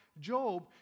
Job